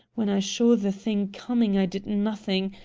when i saw the thing coming i did nothing.